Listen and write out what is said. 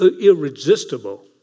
irresistible